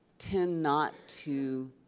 tend not to